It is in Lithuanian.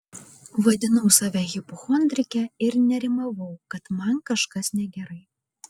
vadinau save hipochondrike ir nerimavau kad man kažkas negerai